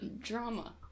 drama